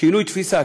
שינוי תפיסה,